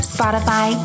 Spotify